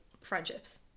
friendships